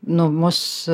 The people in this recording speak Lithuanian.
nu mus